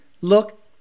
look